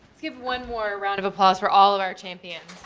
give one more round of applause for all of our champions.